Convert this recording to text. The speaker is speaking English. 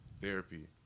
therapy